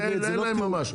שאין להם ממש.